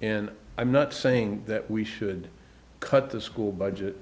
and i'm not saying that we should cut the school budget